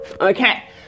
Okay